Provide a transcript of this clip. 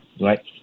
right